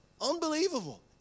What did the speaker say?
Unbelievable